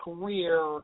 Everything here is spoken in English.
career